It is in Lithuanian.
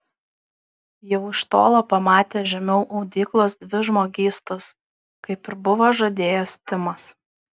jau iš tolo pamatė žemiau audyklos dvi žmogystas kaip ir buvo žadėjęs timas